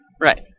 Right